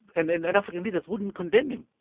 and then and african leaders wouldn't condemn him.